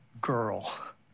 girl